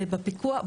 ובפיקוח,